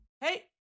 hey